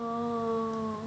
um